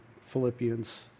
Philippians